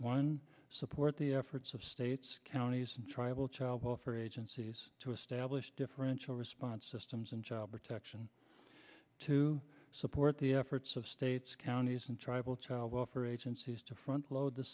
one support the efforts of states counties and tribal child welfare agencies to establish differential response systems in child protection to support the efforts of states counties and tribal child welfare agencies to front load the